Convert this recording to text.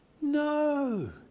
No